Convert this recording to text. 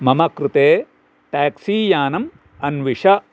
मम कृते टेक्सी यानम् अन्विष